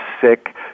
sick